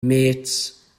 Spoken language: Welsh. mêts